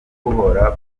buhora